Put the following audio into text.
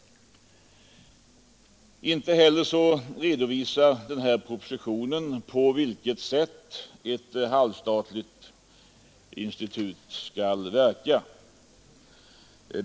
Inte heller redovisar propositionen på vilket sätt ett halvstatligt institut skall verka.